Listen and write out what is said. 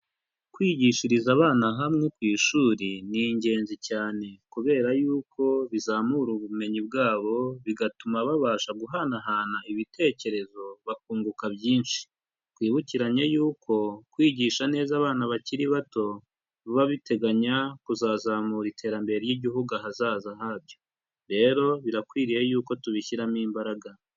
Kwigishiriza abana hamwe ku ishuri ni ingenzi cyane, kubera yuko bizamura ubumenyi bwabo bigatuma babasha guhanahana ibitekerezo bakunguka byinshi, twibukiranye yuko kwigisha neza abana bakiri bato biba biteganya kuzazamura iterambere ry'igihugu ahazaza habyo, rero birakwiriye yuko tubishyiramo imbaraga.